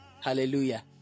Hallelujah